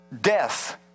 death